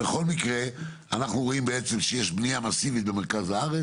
בכל מקרה אנחנו רואים בעצם שיש בנייה מאסיבית במרכז הארץ.